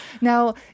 Now